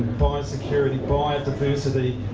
biosecurity, biodiversity.